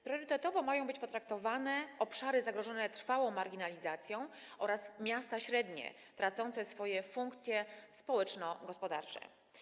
Priorytetowo mają być potraktowane obszary zagrożone trwałą marginalizacją oraz miasta średnie, tracące swoje funkcje społeczno-gospodarcze.